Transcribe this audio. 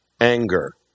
anger